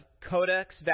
Codex